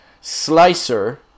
slicer